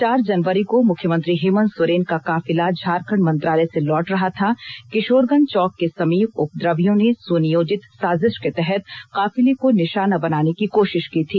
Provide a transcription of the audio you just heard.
चार जनवरी को मुख्यमंत्री हेमंत सोरेन का काफिला झारखंड मंत्रालय से लौट रहा था किशोरगंज चौक के समीप उपद्रवियों ने सुनियोजित साजिश के तहत काफिले को निशाना बनाने की कोशिश की थी